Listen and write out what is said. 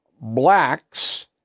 blacks